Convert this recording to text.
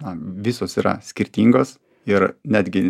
na visos yra skirtingos ir netgi